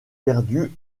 perdu